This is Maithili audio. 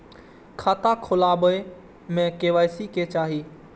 खाता खोला बे में के.वाई.सी के चाहि?